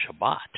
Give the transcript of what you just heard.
Shabbat